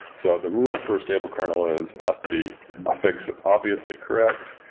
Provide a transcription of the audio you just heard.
so the rules for stable kernel is it has to be a fix that's obviously correct.